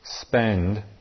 spend